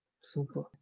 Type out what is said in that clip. Super